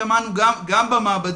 ושמענו שגם עם המעבדות,